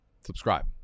subscribe